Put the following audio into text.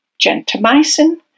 gentamicin